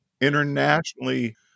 Internationally